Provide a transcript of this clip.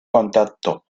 contacto